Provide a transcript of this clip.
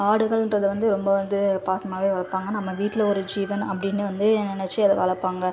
ஆடுகள்ன்றது வந்து ரொம்ப வந்து பாசமாகவே வளர்ப்பாங்க நம்ம வீட்டில ஒரு ஜீவன் அப்படின்னு வந்து நினைச்சு அதை வளர்ப்பாங்க